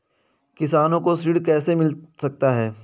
किसानों को ऋण कैसे मिल सकता है?